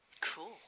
Cool